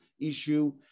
issue